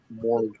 more